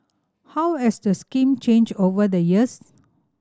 how has the scheme changed over the years